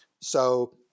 So-